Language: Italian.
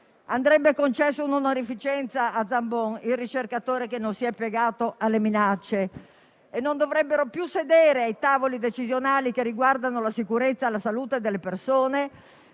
Andrebbe concessa un'onorificenza a Zambon, il ricercatore che non si è piegato alle minacce, e certe persone non dovrebbero più sedere ai tavoli decisionali che riguardano la sicurezza e la salute degli